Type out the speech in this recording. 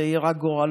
זה יהיה גורלו,